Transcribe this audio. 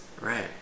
Right